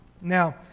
Now